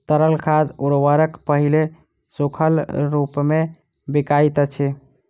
तरल खाद उर्वरक पहिले सूखल रूपमे बिकाइत अछि